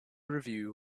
review